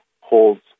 holds